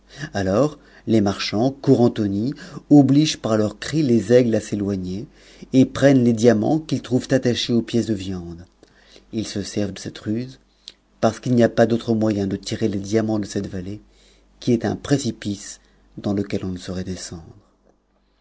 alors les marchands courant aux nids obligent par tours cris les aigles à s'éloigner et prennent les diamants qu'ils trouvent auac ps aux pièces de viande ils se servent de cette ruse parce qu'il n'y a p d'autre moyen de tirer les diamants de cette vallée qui est un prccipic dans lequel on ne saurait descendre